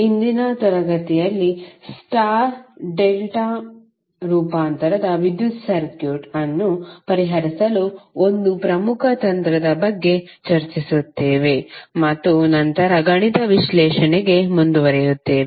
ಇಂದಿನ ತರಗತಿಯಲ್ಲಿ star delta ರೂಪಾಂತರದ ವಿದ್ಯುತ್ ಸರ್ಕ್ಯೂಟ್ ಅನ್ನು ಪರಿಹರಿಸಲು ಒಂದು ಪ್ರಮುಖ ತಂತ್ರದ ಬಗ್ಗೆ ಚರ್ಚಿಸುತ್ತೇವೆ ಮತ್ತು ನಂತರ ಗಣಿತ ವಿಶ್ಲೇಷಣೆಗೆ ಮುಂದುವರಿಯುತ್ತೇವೆ